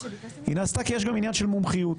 היא נעשתה כי יש גם עניין של מומחיות.